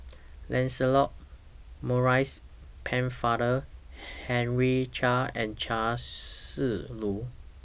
Lancelot Maurice Pennefather Henry Chia and Chia Shi Lu